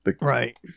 Right